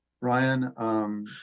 Ryan